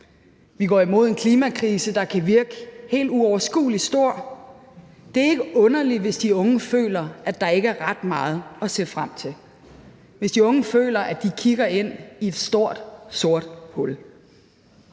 Vi går imod en klimakrise, der kan virke helt uoverskuelig stor. Det er ikke underligt, hvis de unge føler, at der ikke er ret meget at se frem til, hvis de unge føler, at de kigger ind i et stort sort hul.